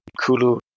Kulu